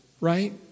right